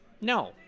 no